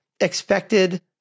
expected